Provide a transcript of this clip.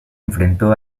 enfrentó